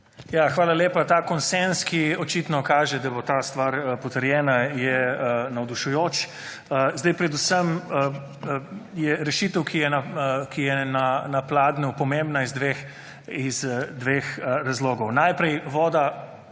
hvala lepa. Ta konsenz, ki očitno kaže, da bo ta stvar potrjena, je navdušujoč. Predvsem je rešitev, ki je na pladnju, pomembna iz dveh razlogov. Najprej, voda